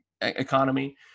economy